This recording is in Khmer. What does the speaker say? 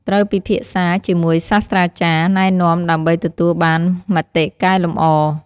ត្រូវពិភាក្សាជាមួយសាស្រ្តាចារ្យណែនាំដើម្បីទទួលបានមតិកែលម្អ។